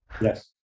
yes